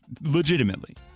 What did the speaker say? legitimately